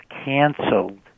canceled